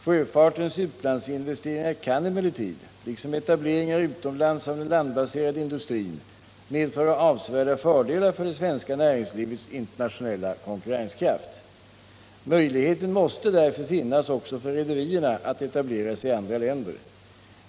Sjöfartens utlandsinvesteringar kan emellertid - liksom etableringar utomlands av den landbaserade industrin — medföra avsevärda fördelar för det svenska näringslivets internationella konkurrenskraft. Möjligheten måste därför finnas också för rederierna att etablera sig i andra länder.